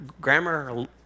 grammar